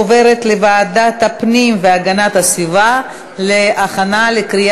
לוועדת הפנים והגנת הסביבה נתקבלה.